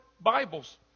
Bibles